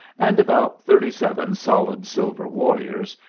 and about thirty-seven solid silver warriors,